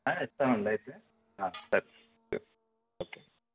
ఇస్తాం అండి అయితే సరే సరే ఓకే